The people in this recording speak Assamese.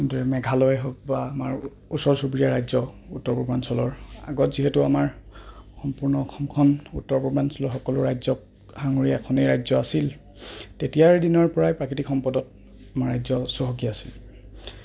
মেঘালয়ে হওক বা আমাৰ ওচৰ চুবুৰীয়া ৰাজ্য উত্তৰ পূৰ্বাঞ্চলৰ আগত যিহেতু আমাৰ সম্পূৰ্ণ অসমখন উত্তৰ পূৰ্বাঞ্চলৰ সকলো ৰাজ্যক হাঙুৰি এখনেই ৰাজ্য আছিল তেতিয়াৰ দিনৰপৰাই প্ৰাকৃতিক সম্পদত আমাৰ ৰাজ্য চহকী আছিল